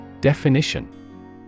Definition